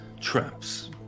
traps